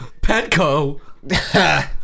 Petco